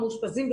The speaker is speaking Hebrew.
המאושפזים,